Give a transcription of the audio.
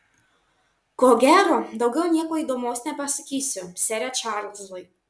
ko gero daugiau nieko įdomaus nepasakysiu sere čarlzai